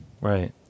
Right